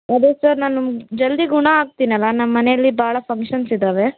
ಅದೇ ಸರ್ ನಾನು ಜಲ್ದಿ ಗುಣ ಆಗ್ತೀನಲ್ಲ ನಮ್ಮ ಮನೆಯಲ್ಲಿ ಭಾಳ ಫಂಕ್ಷನ್ಸಿದ್ದಾವೆ